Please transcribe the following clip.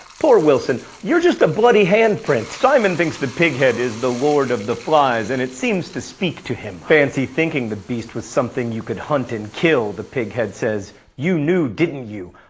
poor wilson. you're just a bloody handprint. simon thinks the pig head is the lord of the flies and it seems to speak to him. fancy thinking the beast was something you could hunt and kill! the pig head says. you knew, didn't you?